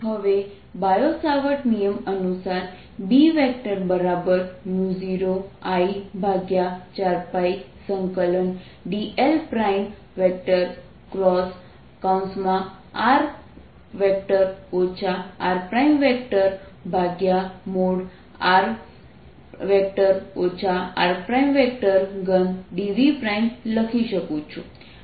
હવે Biot Savart નિયમ અનુસાર B 0I4πdlr rr r3dVલખી શકું છું